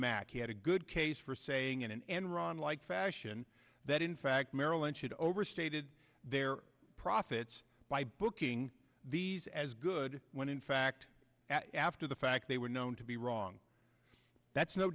mackey had a good case for saying in an enron like fashion that in fact merrill lynch it overstated their profits by booking these as good when in fact after the fact they were known to be wrong that's no